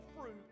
fruit